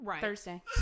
Thursday